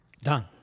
Done